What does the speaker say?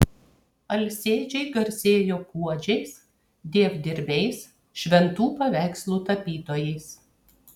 alsėdžiai garsėjo puodžiais dievdirbiais šventų paveikslų tapytojais